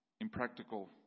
impractical